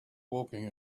walking